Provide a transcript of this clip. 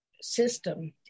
system